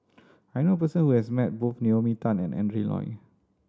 I knew a person who has met both Naomi Tan and Adrin Loi